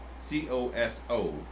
C-O-S-O